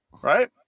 Right